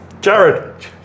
Jared